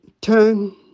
turn